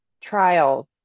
trials